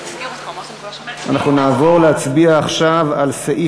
ההסתייגות השנייה לסעיף